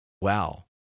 Wow